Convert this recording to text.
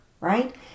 right